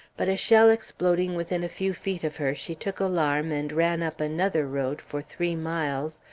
but a shell exploding within a few feet of her, she took alarm, and ran up another road, for three miles,